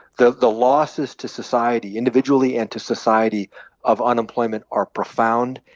the the losses to society individually and to society of unemployment are profound,